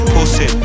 Pussy